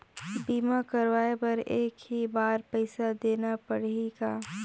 बीमा कराय बर एक ही बार पईसा देना पड़ही का?